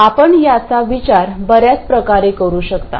आपण याचा विचार बर्याच प्रकारे करू शकता